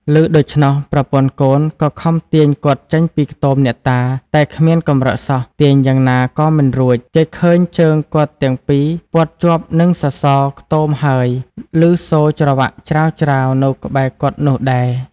ឮដូច្នោះ ប្រពន្ធកូនក៏ខំទាញគាត់ចេញពីខ្ទម អ្នកតា តែគ្មានកម្រើកសោះ ទាញយ៉ាងណាក៏មិនរួច គេឃើញជើងគាត់ទាំងពីរព័ទ្ធជាប់នឹងសសរខ្ទម ហើយ ឮសូរច្រវាក់ច្រាវៗនៅក្បែរគាត់នោះដែរ ។